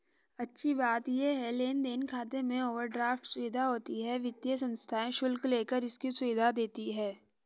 अच्छी बात ये है लेन देन खाते में ओवरड्राफ्ट सुविधा होती है वित्तीय संस्थाएं शुल्क लेकर इसकी सुविधा देती है